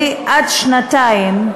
עד שנתיים,